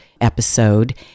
episode